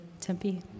Tempe